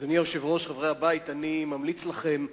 אדוני היושב-ראש, חברי הבית, אני ממליץ לכם,